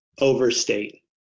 overstate